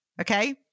Okay